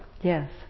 Yes